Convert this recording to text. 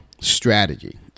strategy